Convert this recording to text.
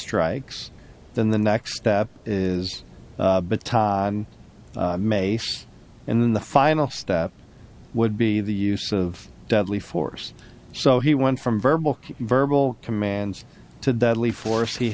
strikes then the next step is but may in the final step would be the use of deadly force so he went from verbal verbal commands to deadly force he